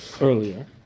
earlier